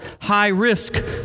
high-risk